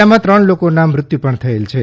જિલ્લામાં ત્રણ લોકોના મરણ પણ થયેલ છે